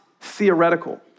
theoretical